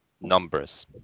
numbers